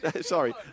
Sorry